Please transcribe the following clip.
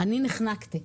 אני נחנקתי.